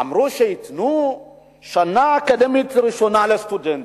אמרו שייתנו שנה אקדמית ראשונה לסטודנטים.